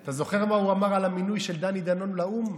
אתה זוכר מה הוא אמר על המינוי של דני דנון לאו"ם?